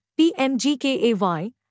PMGKAY